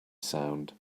sound